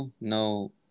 no